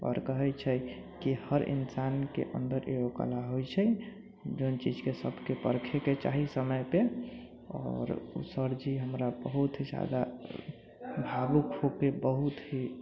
आओर कहै छै की हर इन्सान के अन्दर एगो कला होइ छै जौन चीज के सबके परखे के चाही समय पे आओर सर जी हमरा बहुत ही जादा भावुक होके बहुत ही